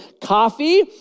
coffee